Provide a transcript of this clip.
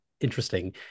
interesting